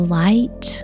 light